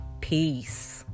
Peace